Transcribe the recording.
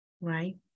right